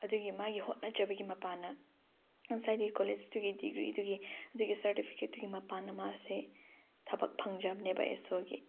ꯑꯗꯨꯒꯤ ꯃꯥꯒꯤ ꯍꯣꯠꯅꯖꯕꯒꯤ ꯃꯄꯥꯟꯅ ꯉꯁꯥꯏꯒꯤ ꯀꯣꯂꯦꯖꯇꯨꯒꯤ ꯗꯤꯒ꯭ꯔꯤꯗꯨꯒꯤ ꯑꯗꯨꯒꯤ ꯁꯔꯇꯤꯐꯤꯀꯦꯠꯇꯨꯒꯤ ꯃꯄꯥꯟꯅ ꯃꯥꯁꯦ ꯊꯕꯛ ꯐꯪꯖꯕꯅꯦꯕ ꯑꯦꯁꯣꯒꯤ